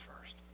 first